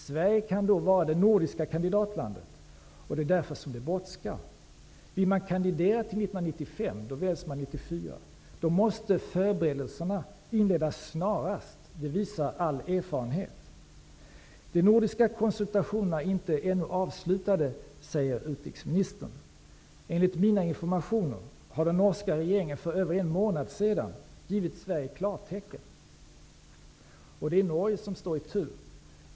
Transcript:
Sverige kan då utgöra det nordiska kandidatlandet, och det är därför som det brådskar. Vill Sverige kandidera till 1995, dvs. valet sker 1994, visar all erfarenhet att förberedelserna måste inledas snarast. Utrikesministern säger att de nordiska konsultationerna ännu inte är avslutade. Enligt mina informationer gav den norska regeringen för över en månad sedan Sverige klartecken. Norge står i tur.